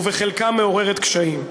ובחלקה מעוררת קשיים,